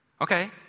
Okay